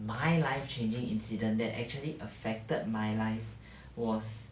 my life changing incident that actually affected my life was